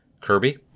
Kirby